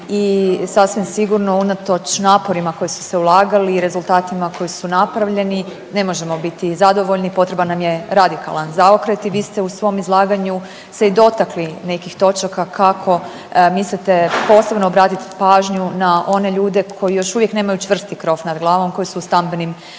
i sasvim sigurno unatoč naporima koji su se ulagali i rezultatima koji su napravljeni ne možemo biti zadovoljni, potreban nam je radikalan zaokret i vi ste u svom izlaganju se i dotakli nekih točaka kako mislite posebno obratit pažnju na one ljude koji još uvijek nemaju čvrsti krov nad glavom, koji su u stambenim modelima